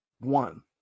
One